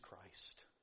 Christ